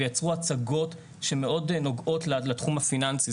ויצרו הצגות שמאוד נוגעות לתחום הפיננסי.